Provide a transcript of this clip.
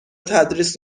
تدریس